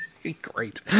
Great